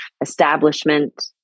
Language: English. establishment